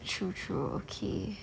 true true okay